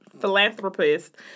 philanthropist